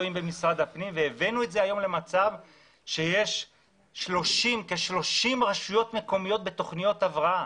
הבאנו את זה היום למצב שיש כ-30 רשויות מקומיות בתוכניות הבראה.